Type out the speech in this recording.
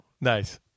Nice